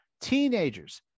teenagers